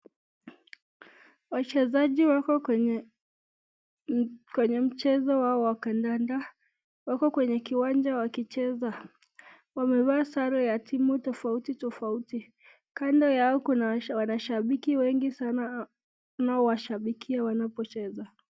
Wachezaji wako kwenye mchezo wao wa kandanda, wako kwenye kiwanja wakicheza. wamevaa sare ya timu tofauti tofauti, kando yao kuna wanashabiki wengi sana wanaowashabikia wanapocheza.